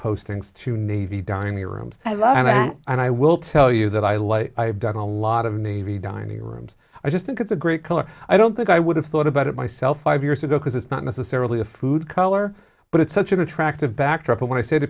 postings to navy dining rooms i love and i will tell you that i like i have done a lot of navy dining rooms i just think it's a great color i don't think i would have thought about it myself five years ago because it's not necessarily a food color but it's such an attractive backdrop when i say to